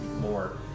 more